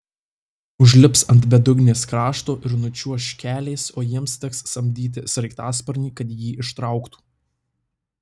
užlips ant bedugnės krašto ir nučiuoš keliais o jiems teks samdyti sraigtasparnį kad jį ištrauktų